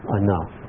enough